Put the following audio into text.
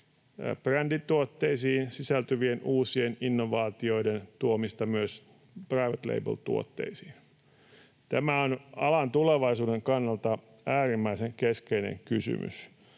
brändituotteisiin sisältyvien uusien innovaatioiden tuomista myös private label ‑tuotteisiin. Tämä on alan tulevaisuuden kannalta äärimmäisen keskeinen kysymys.